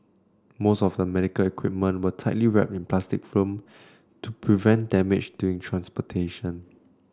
most of the medical equipment were tightly wrapped in plastic film to prevent damage during transportation